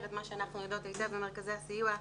את מה שאנחנו יודעות היטב במרכזי הסיוע,